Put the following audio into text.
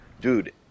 dude